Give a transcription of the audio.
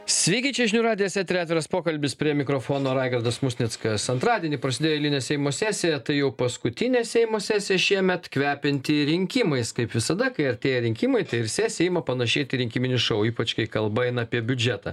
sveiki čia žinių radijas eteryje atviras pokalbis prie mikrofono raigardas musnickas antradienį prasidėjo eilinė seimo sesija tai jau paskutinė seimo sesiją šiemet kvepiantį rinkimais kaip visada kai artėja rinkimai tai ir sesija ima panašėti į rinkiminį šou ypač kai kalba eina apie biudžetą